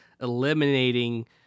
eliminating